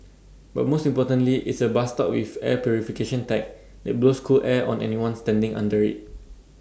but most importantly it's A bus stop with air purification tech that blows cool air on anyone standing under IT